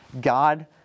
God